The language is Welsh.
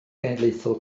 genedlaethol